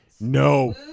No